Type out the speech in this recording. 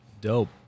Dope